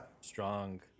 strong